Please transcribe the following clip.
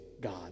God